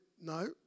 no